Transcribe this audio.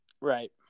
Right